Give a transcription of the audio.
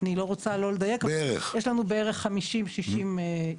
אני לא רוצה לא לדייק 50 60 יחידות,